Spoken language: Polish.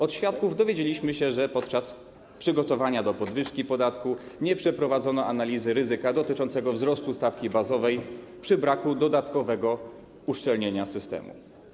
Od świadków dowiedzieliśmy się, że podczas przygotowania do podwyżki podatku nie przeprowadzono analizy ryzyka dotyczącego wzrostu stawki bazowej przy braku dodatkowego uszczelnienia systemu.